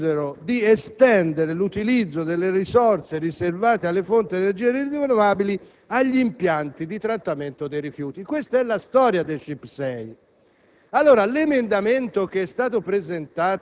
Governi successivi, decisero di estendere l'utilizzo delle risorse riservate alle fonti di energia rinnovabile agli impianti di trattamento dei rifiuti. Questa è la storia dei CIP6.